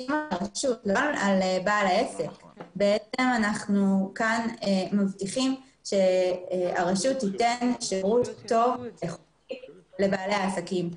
שכאן אנחנו מבטיחים שהרשות תיתן שירות טוב ואיכותי לבעלי העסקים.